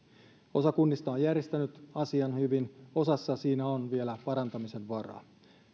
osa kunnista on järjestänyt asian hyvin osassa siinä on vielä parantamisen varaa